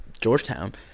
Georgetown